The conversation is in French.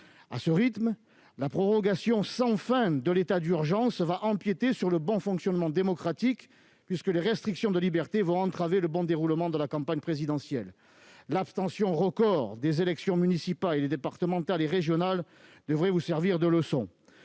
À ce rythme, la prorogation sans fin de l'état d'urgence empiétera sur le bon fonctionnement démocratique puisque les restrictions de liberté entraveront le bon déroulement de la campagne présidentielle. L'abstention record des élections municipales, départementales et régionales devrait vous servir de leçon.